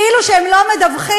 כאילו הם לא מדווחים?